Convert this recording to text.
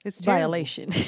violation